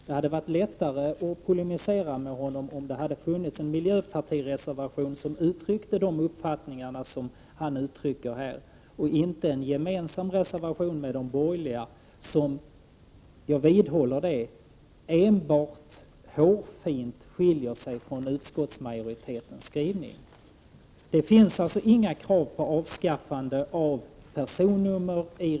Det hade varit lättare att polemisera mot honom, om det hade funnits en miljöpartireservation, som uttrycker de uppfattningar som han uttrycker här, i stället för en med de borgerliga gemensam reservation, som — jag vidhåller det — enbart hårfint skiljer sig från utskottsmajoritetens skrivning. Det finns alltså i reservationen inga krav på avskaffande av personnummer.